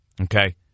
okay